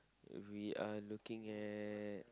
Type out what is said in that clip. we are looking at